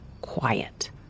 quiet